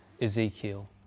Ezekiel